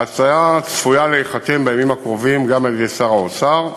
ההצעה צפויה להיחתם בימים הקרובים גם על-ידי שר האוצר,